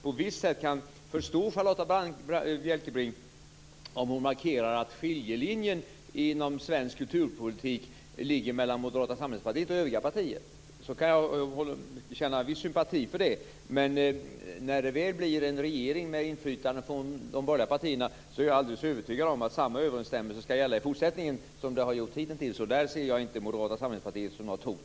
På visst sätt kan jag dock förstå Charlotta Bjälkebring om hon markerar att skiljelinjen inom svensk kulturpolitik går mellan Moderata samlingspartiet och övriga partier. Jag kan känna viss sympati för det. Men när det väl blir en regering med inflytande från de borgerliga partierna är jag alldeles övertygad om att samma överensstämmelse som vi har haft hittills skall gälla även i fortsättningen. Där ser jag inte Moderata samlingspartiet som något hot.